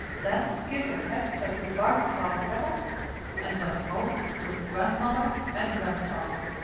then kit and kat said good-bye to father vedder and went home with grandmother and grandfather.